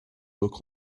look